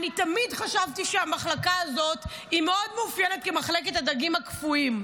אני תמיד חשבתי שהמחלקה הזאת מאוד מאופיינת כמחלקת הדגים הקפואים.